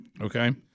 Okay